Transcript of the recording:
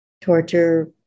torture